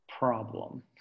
Problem